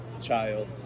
child